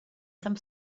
some